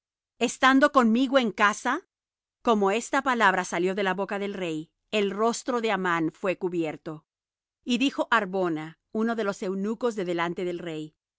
estando conmigo en casa como esta palabra salió de la boca del rey el rostro de amán fué cubierto y dijo harbona uno de los eunucos de delante del rey